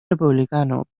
republicano